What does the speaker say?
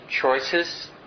choices